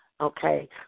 okay